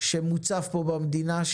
שמוצף פה במדינה,